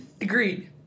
Agreed